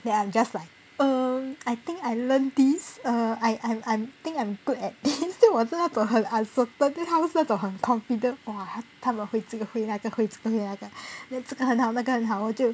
then I'm just like um I think I learn these uh I I'm I'm think I'm good at this then 我是那种很 uncertain then 他们是那种很 confident !whoa! 他们会这个会那个会这个会那个 then 这个很好那个很好我就